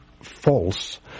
false